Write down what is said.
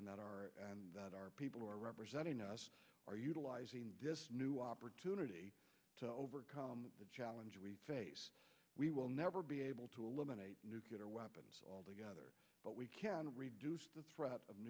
that our that our people who are representing us are utilizing the new opportunity to overcome the challenges we face we will never be able to eliminate nuclear weapons altogether but we can reduce the threat of